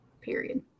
Period